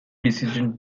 decision